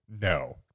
no